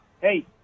hey